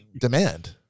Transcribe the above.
demand